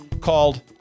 called